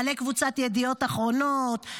בעלי קבוצת ידיעות אחרונות,